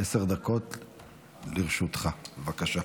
עשר דקות לרשותך, בבקשה.